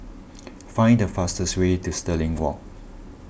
find the fastest way to Stirling Walk